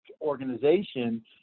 organization